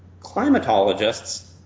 Climatologists